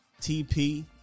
TP